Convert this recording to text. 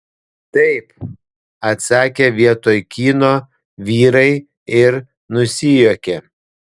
taip atsakė vietoj kyno vyrai ir nusijuokė